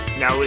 now